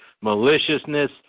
maliciousness